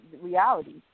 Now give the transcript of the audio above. reality